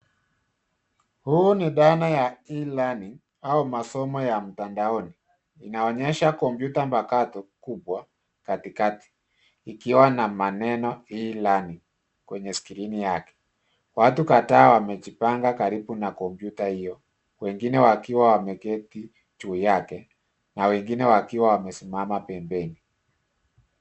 Huu ni dhana ya e learning au masomo ya mtandaoni, inaonyesha kompyuta mpakato kubwa katikati, ikiwa na maneno e learning kwenye skrini yake. Watu kadhaa wamejipanga karibu na kompyuta hiyo, wengine wakiwa wameketi juu yake na wengine wakiwa wamesimama pembeni.